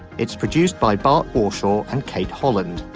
it's produced by bob warshaw and kate holland.